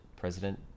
President